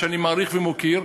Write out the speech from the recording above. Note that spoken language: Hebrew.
שאני מעריך ומוקיר,